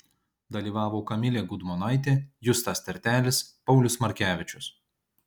dalyvavo kamilė gudmonaitė justas tertelis paulius markevičius